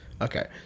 okay